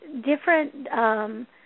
different